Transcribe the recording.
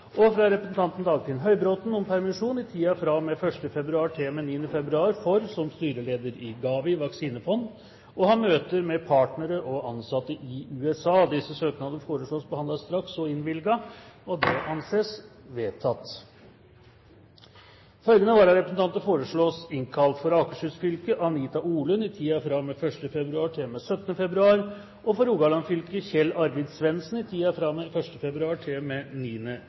fra representanten Dagfinn Høybråten om permisjon i tiden fra og med 1. februar til og med 9. februar for, som styreleder i GAVI vaksinefond, å ha møter med partnere og ansatte i USA Etter forslag fra presidenten ble enstemmig besluttet: Søknadene behandles straks og innvilges. Følgende vararepresentanter innkalles for å møte i permisjonstiden: For Akershus fylke: Anita Orlund i tiden fra og med 1. februar til og med 17. februar. For Rogaland fylke: Kjell Arvid Svendsen i